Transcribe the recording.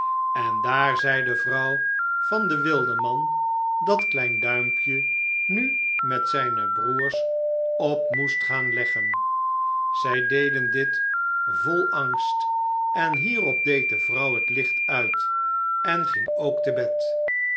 en daar zei de vrouw van den wildeman dat klein duimpje nu met zijne broêrs op moest gaan leggen zij deden dit vol angst en hierop deed de vrouw het licht uit en ging ook te bed